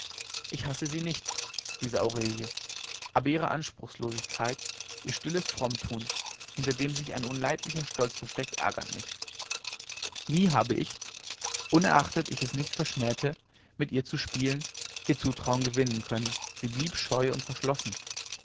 ich hasse sie nicht diese aurelie aber ihre anspruchlosigkeit ihr stilles frommtun hinter dem sich ein unleidlicher stolz versteckt ärgert mich nie habe ich unerachtet ich es nicht verschmähte mit ihr zu spielen ihr zutrauen gewinnen können sie blieb scheu und verschlossen